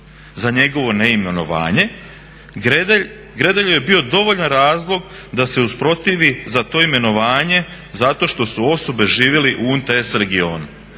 za njegovo neimenovanje Gredelju je bio dovoljan razlog da se usprotivi za to imenovanje zato što su osobe živjeli u UNTS regiji.